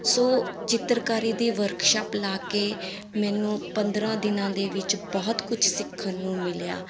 ਸੋ ਚਿੱਤਰਕਾਰੀ ਦੀ ਵਰਕਸ਼ਾਪ ਲਾ ਕੇ ਮੈਨੂੰ ਪੰਦਰਾਂ ਦਿਨਾਂ ਦੇ ਵਿੱਚ ਬਹੁਤ ਕੁਛ ਸਿੱਖਣ ਨੂੰ ਮਿਲਿਆ